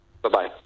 Bye-bye